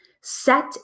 set